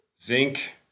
zinc